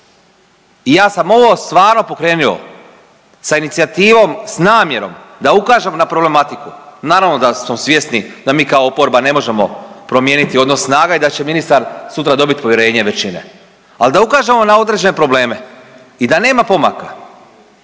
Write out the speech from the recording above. I ja sam ovo stvarno pokrenuo sa inicijativom, s namjerom da ukažemo na problematiku. Naravno da smo svjesni da mi kao oporba ne možemo promijeniti odnos snaga i da će ministar sutra dobiti povjerenje većine, ali da ukažemo na određene probleme i da nema pomaka.